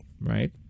Right